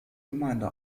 gemeinde